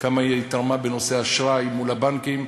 כמה היא תרמה בנושא אשראי מול הבנקים,